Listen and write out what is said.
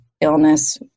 illness